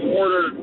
order